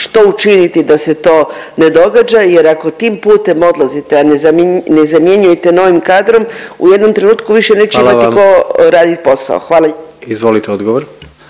što učiniti da se to ne događa jer ako tim putem odlazite, a ne zam… ne zamjenjujete novim kadrom u jednom trenutku više neće imati … …/Upadica predsjednik: Hvala vam./… … tko